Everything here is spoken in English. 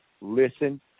listen